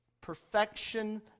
perfection